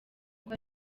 kuko